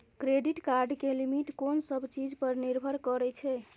Credit card के limit कोन सब चीज पर निर्भर करै छै?